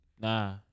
Nah